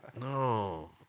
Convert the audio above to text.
No